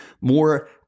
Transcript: more